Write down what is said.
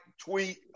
tweet